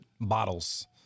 bottles